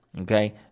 okay